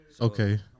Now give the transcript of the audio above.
Okay